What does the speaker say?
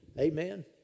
amen